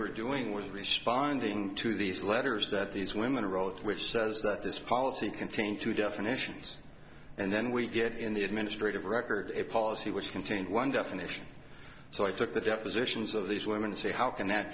were doing was responding to these letters that these women wrote which says that this policy contain two definitions and then we get in the administrative record a policy which can change one definition so i took the depositions of these women to see how can that